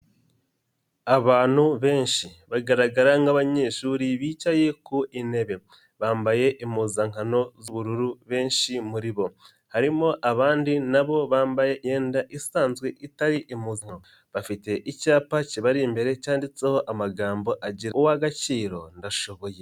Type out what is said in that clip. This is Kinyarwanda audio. Abantu benshi bagaragara nk'abanyeshuri bicaye ku intebe bambaye impuzankano z'ubururu benshi muri bo, harimo abandi nabo bambaye imyenda isanzwe itari impuzankano bafite icyapa kibari imbere cyanditseho amagambo agitira ati "Ndi uw'agaciro, ndashoboye".